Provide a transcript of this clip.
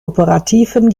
operativen